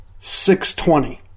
620